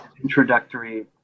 introductory